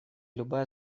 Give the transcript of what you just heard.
любая